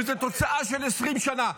וזו תוצאה של 20 שנה.